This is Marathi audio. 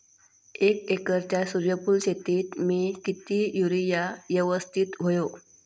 एक एकरच्या सूर्यफुल शेतीत मी किती युरिया यवस्तित व्हयो?